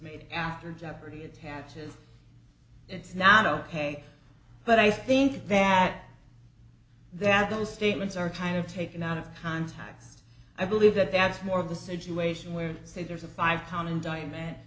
made after jeopardy attaches it's not ok but i think that that those statements are kind of taken out of context i believe that that's more of the situation where say there's a five pound